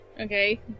Okay